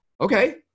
Okay